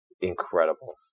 Incredible